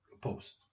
post